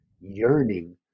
yearning